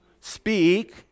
speak